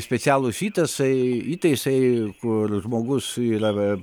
specialūs įtasai įtaisai kur žmogus yra